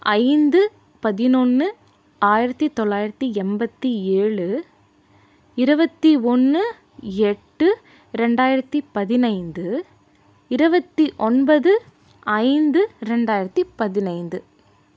ஐந்து பதினொன்னு ஆயிரத்து தொள்ளாயிரத்து எண்பத்தி ஏழு இருபத்தி ஒன்று எட்டு ரெண்டாயிரத்து பதினைந்து இருபத்தி ஒன்பது ஐந்து ரெண்டாயிரத்து பதினைந்து